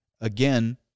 again